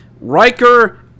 Riker